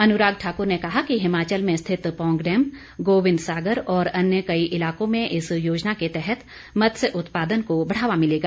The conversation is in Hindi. अनुराग ठाक्र ने कहा कि हिमाचल में स्थित पौंग डैम गोविंद सागर और अन्य कई इलाकों में इस योजना के तहत मत्स्य उत्पादन को बढ़ावा मिलेगा